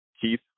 Keith